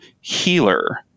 healer